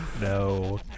no